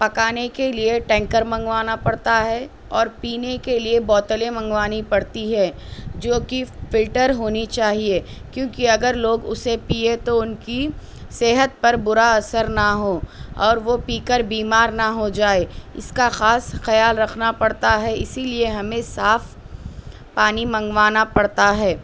پکانے کے لیے ٹینکر منگوانا پڑتا ہے اور پینے کے لیے بوتلیں منگوانی پڑتی ہے جو کہ فلٹر ہونی چاہیے کیوں کہ اگر لوگ اسے پیئے تو ان کی صحت پر برا اثر نہ ہو اور وہ پی کر بیمار نہ ہو جائے اس کا خاص خیال رکھنا پڑتا ہے اسی لیے ہمیں صاف پانی منگوانا پڑتا ہے